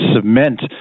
cement